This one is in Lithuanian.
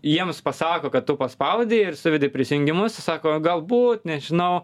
jiems pasako kad tu paspaudei ir suvedei prisijungimus jis sako galbūt nežinau